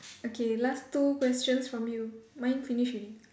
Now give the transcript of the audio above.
okay last two questions from you mine finish already